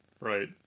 right